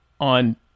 on